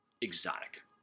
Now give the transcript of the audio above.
exotic